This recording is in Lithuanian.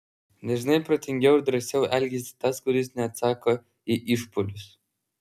dažnai protingiau ir drąsiau elgiasi tas kuris neatsako į išpuolius